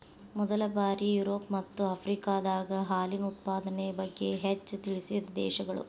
ಮೊದಲ ಬಾರಿ ಯುರೋಪ ಮತ್ತ ಆಫ್ರಿಕಾದಾಗ ಹಾಲಿನ ಉತ್ಪಾದನೆ ಬಗ್ಗೆ ಹೆಚ್ಚ ತಿಳಿಸಿದ ದೇಶಗಳು